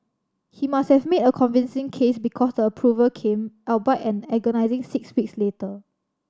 he must have made a convincing case because the approval came albeit an agonising six weeks later